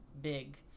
big